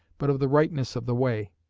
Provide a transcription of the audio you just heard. but of the rightness of the way.